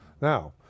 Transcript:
Now